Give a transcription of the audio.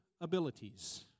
abilities